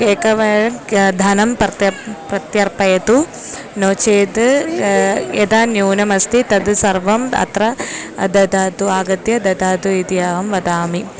एकवारं क्या धनं प्रत्यप् प्रत्यर्पयतु नो चेत् यदा न्यूनमस्ति तद् सर्वम् अत्र ददातु आगत्य ददातु इति अहं वदामि